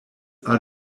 are